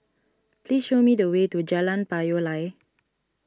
please show me the way to Jalan Payoh Lai